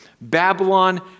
Babylon